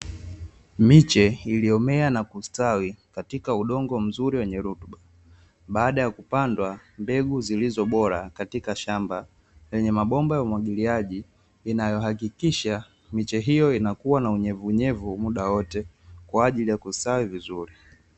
Miche iliyomea na kustawi katika udongo mzuri wenye rutuba, baada ya kupandwa mbegu zilizo bora; katika shamba lenye mabomba ya umwagiliaji, inayohakikisha miche hiyo inakua na unyevunyevu muda wote kwa ajili ya kustawi vizuri.